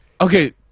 Okay